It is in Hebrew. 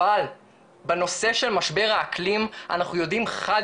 אבל בנושא של משבר האקלים אנחנו יודעים חד